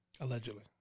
allegedly